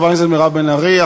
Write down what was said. חברת הכנסת מירב בן ארי.